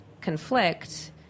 conflict